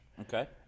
Okay